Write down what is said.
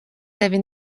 tevi